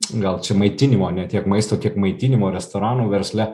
gal čia maitinimo ne tiek maisto kiek maitinimo restoranų versle